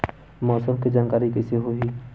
मौसम के जानकारी कइसे होही?